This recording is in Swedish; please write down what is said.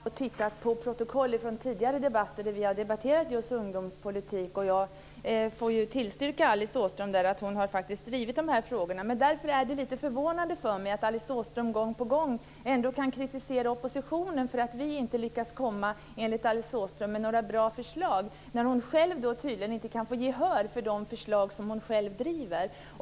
Fru talman! Jag har tittat på protokoll från tidigare debatter där vi har debatterat just ungdomspolitik, och jag kan bekräfta att Alice Åström faktiskt har drivit de här frågorna. Därför är det lite förvånande att Alice Åström gång på gång kritiserar oppositionen för att vi inte lyckas komma med några bra förslag, enligt Alice Åström, samtidigt som hon själv inte kan få gehör för de förslag som hon själv driver.